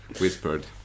whispered